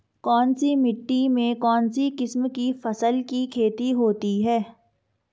कौनसी मिट्टी में कौनसी किस्म की फसल की खेती होती है?